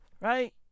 Right